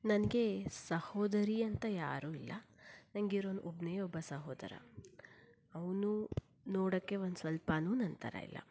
ನನಗೆ ಸಹೋದರಿ ಅಂತ ಯಾರೂ ಇಲ್ಲ ನನಗಿರೋನು ಒಬ್ಬನೇ ಒಬ್ಬ ಸಹೋದರ ಅವನು ನೋಡೋಕ್ಕೆ ಒಂದು ಸ್ವಲ್ಪವೂ ನನ್ನ ಥರ ಇಲ್ಲ